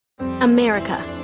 America